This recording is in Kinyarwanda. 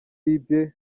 libye